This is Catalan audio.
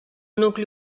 nucli